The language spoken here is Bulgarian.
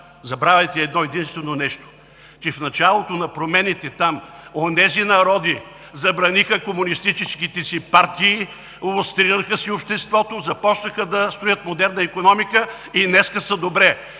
Забравяте едно единствено нещо, че в началото на промените там онези народи забраниха комунистическите си партии, лустрираха си обществото, започнаха да строят модерна икономика и днес са добре.